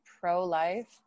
pro-life